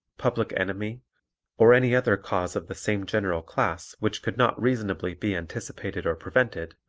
public enemy or any other cause of the same general class which could not reasonably be anticipated or prevented,